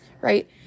right